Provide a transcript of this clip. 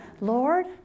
Lord